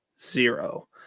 zero